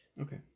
Okay